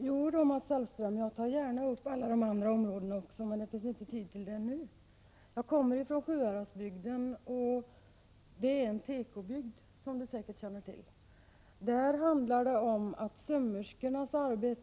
Herr talman! Jo, Mats Hellström, jag tar gärna upp alla de andra områdena också, men det finns inte tid till det nu. Jag kommer från Sjuhäradsbygden som är en tekobygd, vilket Mats Hellström säkert känner till. Där handlar det om att sömmerskornas